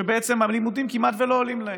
שבעצם הלימודים כמעט לא עולים להם.